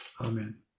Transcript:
Amen